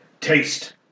Taste